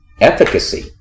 efficacy